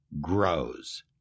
grows